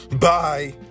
bye